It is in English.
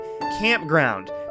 campground